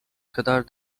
kadar